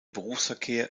berufsverkehr